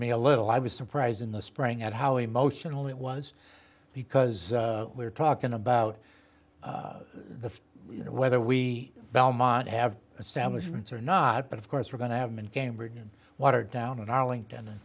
me a little i was surprised in the spring at how emotional it was because we're talking about the you know whether we belmont have establishment or not but of course we're going to have been cambridge and watertown in arlington